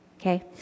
okay